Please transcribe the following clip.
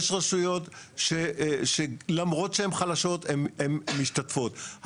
יש רשויות שלמרות שהן חלשות, הן משתתפות.